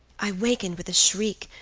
i wakened with a shriek,